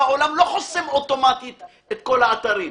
והעולם לא חוסם אוטומטית את כל האתרים,